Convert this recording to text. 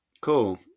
cool